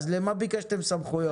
אז למה ביקשתם סמכויות?